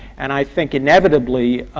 and i think inevitably,